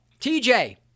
TJ